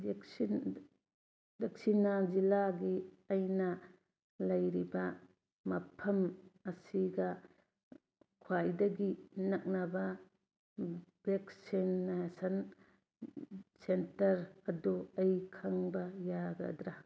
ꯗꯛꯁꯤꯅꯥ ꯖꯤꯜꯂꯥꯒꯤ ꯑꯩꯅ ꯂꯩꯔꯤꯕ ꯃꯐꯝ ꯑꯁꯤꯗ ꯈ꯭ꯋꯥꯏꯗꯒꯤ ꯅꯛꯅꯕ ꯕꯦꯛꯁꯤꯅꯦꯁꯟ ꯁꯦꯟꯇꯔ ꯑꯗꯨ ꯑꯩ ꯈꯪꯕ ꯌꯥꯒꯗ꯭ꯔꯥ